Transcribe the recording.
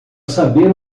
saber